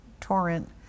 torrent